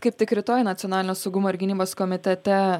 kaip tik rytoj nacionalinio saugumo ir gynybos komitete